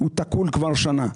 תקול כבר שנה.